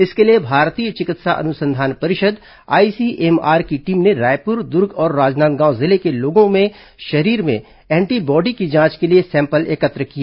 इसके लिए भारतीय चिकित्सा अनुसंधान परिषद आईसीएमआर की टीम ने रायपुर दुर्ग और राजनांदगांव जिले के लोगों के शरीर में एंटीबॉडी की जांच के लिए सैंपल एकत्र किए